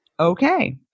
okay